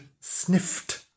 sniffed